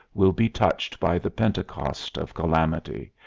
will be touched by the pentecost of calamity,